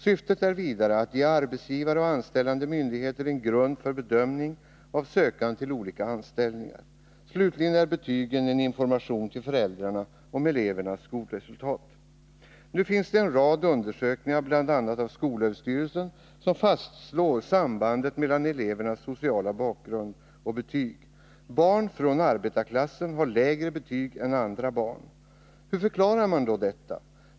Syftet är vidare att ge arbetsgivare och anställande myndigheter en grund för bedömning av sökande till olika anställningar. Slutligen är betygen en information till föräldrarna om elevernas skolresultat. Nu har det gjorts en rad undersökningar, bl.a. av skolöverstyrelsen, som fastslår sambandet mellan elevernas sociala bakgrund och betyg. Barn från arbetarklassen har lägre betyg än andra barn. Hur förklarar man då detta?